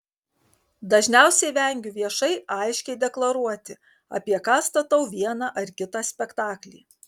dažniausiai vengiu viešai aiškiai deklaruoti apie ką statau vieną ar kitą spektaklį